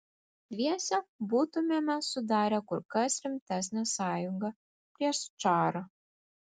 dviese būtumėme sudarę kur kas rimtesnę sąjungą prieš čarą